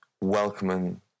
welcoming